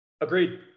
agreed